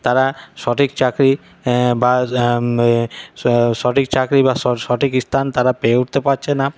সঠিক চাকরি বা সঠিক চাকরি বা সঠিক স্থান তারা পেয়ে উঠতে পারছে না